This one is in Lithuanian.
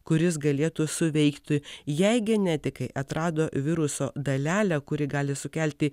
kuris galėtų suveikti jei genetikai atrado viruso dalelę kurį gali sukelti